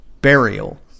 Burial